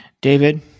David